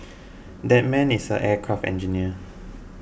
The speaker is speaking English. that man is an aircraft engineer